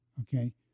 okay